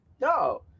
No